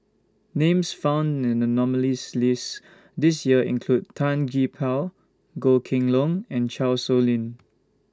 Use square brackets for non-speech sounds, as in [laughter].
Names found in The nominees' list This Year include Tan Gee Paw Goh Kheng Long and Chan Sow Lin [noise]